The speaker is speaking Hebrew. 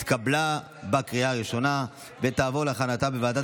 התקבלה בקריאה ראשונה ותעבור לוועדת